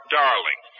darling